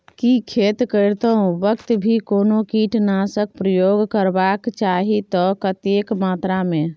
की खेत करैतो वक्त भी कोनो कीटनासक प्रयोग करबाक चाही त कतेक मात्रा में?